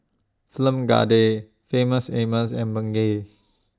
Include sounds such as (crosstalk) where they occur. Film (unintelligible) Famous Amos and Bengay